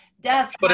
deaths